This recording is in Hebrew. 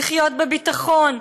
לחיות בביטחון,